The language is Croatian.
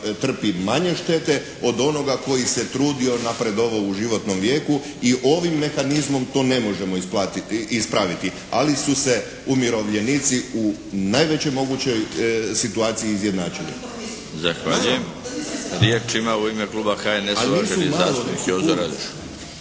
trpi manje štete od onoga koji se trudio i napredovao u životnom vijeku i ovim mehanizmom to ne možemo ispraviti. Ali su se umirovljenici u najvećoj mogućoj situaciji izjednačili. **Milinović, Darko (HDZ)** Zahvaljujem. Riječ ima u ime kluba HNS-a, uvaženi zastupnik Jozo Radoš.